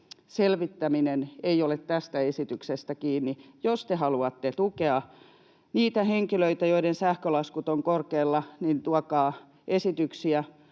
selvittäminen ei ole tästä esityksestä kiinni. Jos te haluatte tukea niitä henkilöitä, joiden sähkölaskut ovat korkealla, hallitukselta